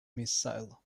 missile